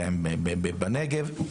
ובנגב.